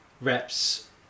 reps